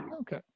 Okay